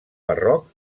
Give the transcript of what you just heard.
barroc